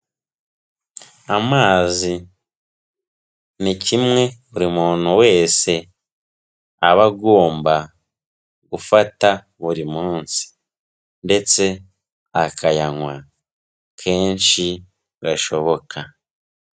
Amazi ni kimwe buri muntu wese aba agomba gufata buri munsi ndetse akayanywa kenshi gashoboka.